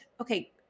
Okay